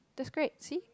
that's great see